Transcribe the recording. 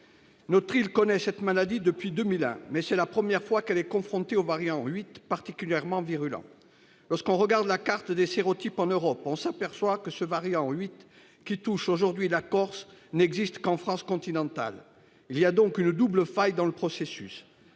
Notre île connaît cette maladie depuis 2001, mais c’est la première fois qu’elle est confrontée au variant 8, particulièrement virulent. Lorsque l’on regarde la carte des sérotypes en Europe, on s’aperçoit que le variant qui touche aujourd’hui la Corse n’existe qu’en France continentale. Il y a donc une double faille dans le processus